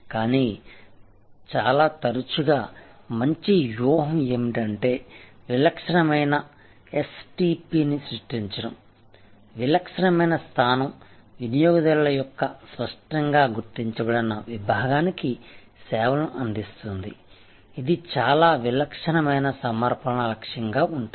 కానీ చాలా తరచుగా మంచి వ్యూహం ఏమిటంటే విలక్షణమైన ఎస్టిపిSTPని సృష్టించడం విలక్షణమైన స్థానం వినియోగదారుల యొక్క స్పష్టంగా గుర్తించబడిన విభాగానికి సేవలను అందిస్తుంది ఇది చాలా విలక్షణమైన సమర్పణల లక్ష్యంగా ఉంటుంది